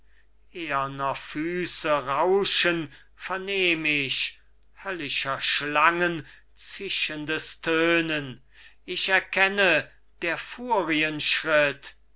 füße rauschen vernehm ich höllischer schlangen zischendes tönen ich erkenne der furien